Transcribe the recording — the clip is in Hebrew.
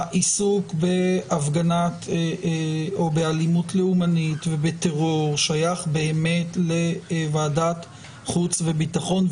העיסוק באלימות לאומנית ובטרור שייך באמת לוועדת החוץ והביטחון,